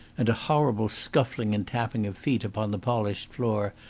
and a horrible scuffling and tapping of feet upon the polished floor,